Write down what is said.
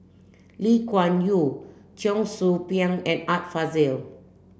Lee Kuan Yew Cheong Soo Pieng and Art Fazil